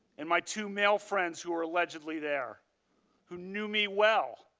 and my two male friends who were allegedly there who knew me well,